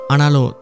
Analo